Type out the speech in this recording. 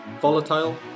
volatile